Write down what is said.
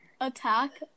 attack